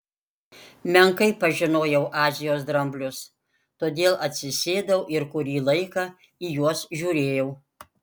menkai pažinojau azijos dramblius todėl atsisėdau ir kurį laiką į juos žiūrėjau